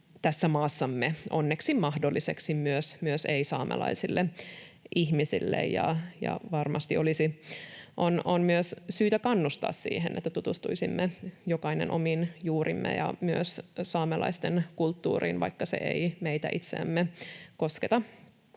tässä maassamme onneksi mahdolliseksi myös ei-saamelaisille ihmisille. Varmasti on myös syytä kannustaa siihen, että tutustuisimme jokainen omiin juurimme ja myös saamelaisten kulttuuriin, vaikka se ei meitä itseämme kosketa.